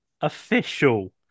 official